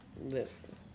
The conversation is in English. Listen